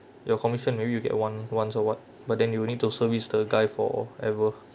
your commission maybe you get one once or [what] but then you will need to service the guy forever